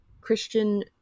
Christian